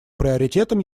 приоритетом